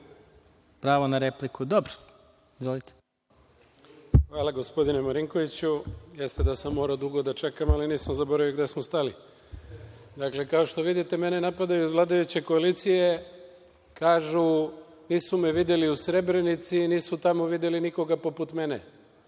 Hvala, gospodine Marinkoviću. Jeste da sam morao dugo da čekam, ali nisam zaboravio gde smo stali. Dakle, kao što vidite, mene napadaju iz vladajuće koalicije, kažu – nisu me videli u Srebrenici, nisu tamo videli nikoga poput mene.